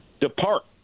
depart